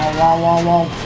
while while